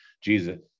Jesus